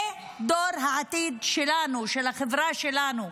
זה דור העתיד שלנו, של החברה שלנו.